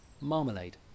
marmalade